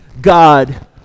God